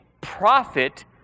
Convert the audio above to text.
profit